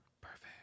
Perfect